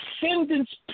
descendants